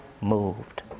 moved